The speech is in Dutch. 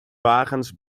wagens